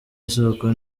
isoko